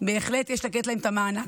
בהחלט יש לתת להם את המענק,